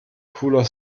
cooler